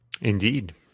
Indeed